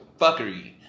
fuckery